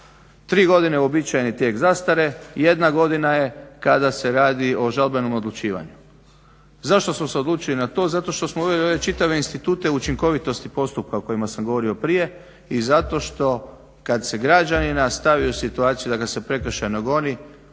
3 godine uobičajeni tijek zastare, 1 godina je kada se radi o žalbenom odlučivanju. Zašto smo se odlučili na to, zato što smo uveli ove čitave institute učinkovitosti postupka o kojima sam govorio prije i zato što kad se građanina stavi u situaciju da ga se prekršajno goni,